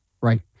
right